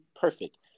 perfect